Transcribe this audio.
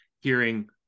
hearing